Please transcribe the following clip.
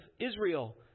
Israel